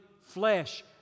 flesh